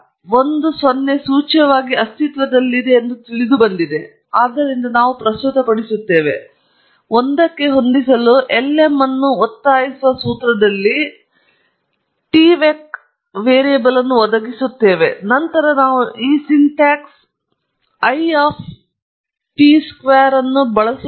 ಒಂದು 0 ಸೂಚ್ಯವಾಗಿ ಅಸ್ತಿತ್ವದಲ್ಲಿದೆ ಎಂದು ತಿಳಿದುಬಂದಿದೆ ಆದ್ದರಿಂದ ನಾವು ಪ್ರಸ್ತುತಪಡಿಸುತ್ತೇವೆ ನಾವು 1 ಗೆ ಹೊಂದಿಸಲು lm ಅನ್ನು ಒತ್ತಾಯಿಸುವ ಸೂತ್ರದಲ್ಲಿ ಇಲ್ಲಿ tvec ಅನ್ನು ಒದಗಿಸುತ್ತಿದ್ದೇವೆ ಮತ್ತು ನಂತರ ನಾವು ಈ syntax I of tvec square ಅನ್ನು ಬಳಸುತ್ತೇವೆ